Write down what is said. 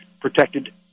protected